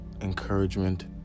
encouragement